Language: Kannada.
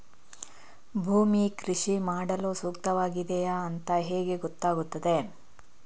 ಭೂಮಿ ಕೃಷಿ ಮಾಡಲು ಸೂಕ್ತವಾಗಿದೆಯಾ ಅಂತ ಹೇಗೆ ಗೊತ್ತಾಗುತ್ತದೆ?